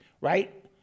right